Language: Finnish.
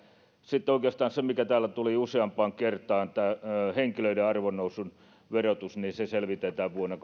se mikä täällä tuli oikeastaan useampaan kertaan tämä henkilöiden arvonnousun verotus se selvitetään vuonna